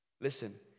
Listen